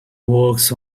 works